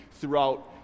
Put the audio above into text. throughout